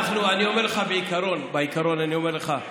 אני אומר לך בעיקרון, בעיקרון אני אומר לך: